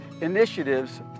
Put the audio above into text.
initiatives